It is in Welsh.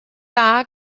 dda